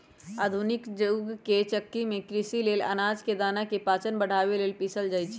आधुनिक जुग के चक्की में कृषि लेल अनाज के दना के पाचन बढ़ाबे लेल पिसल जाई छै